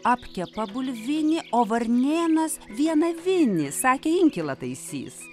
apkepą bulvinį o varnėnas vieną vinį sakė inkilą taisys